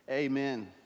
amen